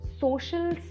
social